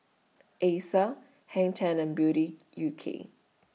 Acer Hang ten and Beauty U K